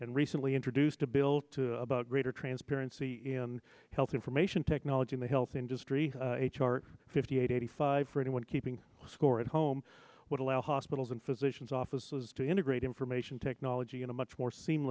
and recently introduced a bill to about greater transparency in health information technology in the health industry h r fifty eight eighty five for anyone keeping score at home would allow hospitals and physicians offices to integrate information technology in a much more se